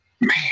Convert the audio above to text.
man